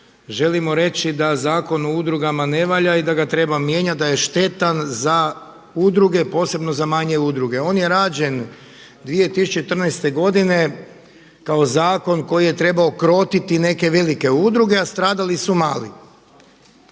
žalimo reći da Zakon o udrugama ne valja i da ga treba mijenjati, da je štetan za udruge, posebno za manje udruge. On je rađen 2014. godine kao zakon koji je trebao krotiti neke velike udruge a stradali su mali.